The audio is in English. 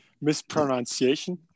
mispronunciation